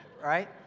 Right